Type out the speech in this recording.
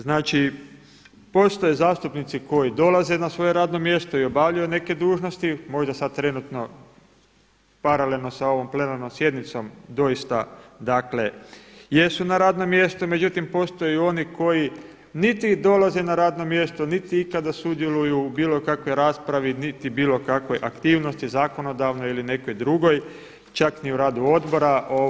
Znači postoje zastupnici koji dolaze na svoje radno mjesto i obavljaju neke dužnosti, možda sada trenutno paralelno sa ovom plenarnom sjednicom doista jesu na radnom mjestu, međutim postoje i oni koji niti dolaze na radno mjesto niti ikada sudjeluju u bilo kakvoj raspravi niti bilo kakvoj aktivnosti zakonodavnoj ili nekoj drugoj, čak ni u radu odbora.